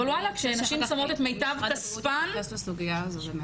אבל כשנשים שמות את מיטב כספן --- אחר כך נתייחס לסוגיה הזאת.